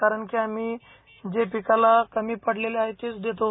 कारण की आम्ही जे पिकाला कमी पडलेले आहे तेच देतो